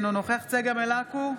אינו נוכח צגה מלקו,